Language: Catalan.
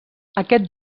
aquest